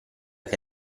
che